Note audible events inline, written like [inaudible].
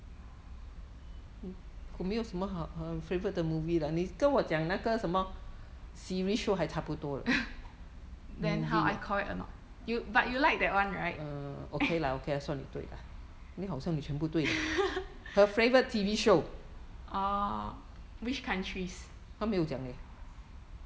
[laughs] then how I count it or not you but you like that one right [laughs] err which country's